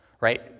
right